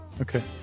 Okay